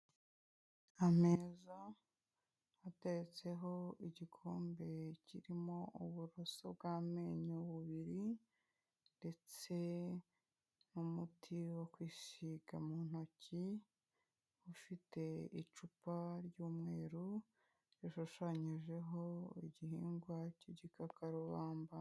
Ameza ateretseho igikombe kirimo uburoso bw'amenyo bubiri ndetse n'umuti wo kwisiga mu ntoki, ufite icupa ry'umweru rishushanyijeho igihingwa cy'igikakarubamba.